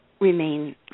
remain